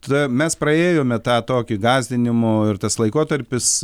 tada mes praėjome tą tokį gąsdinimų ir tas laikotarpis